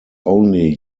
only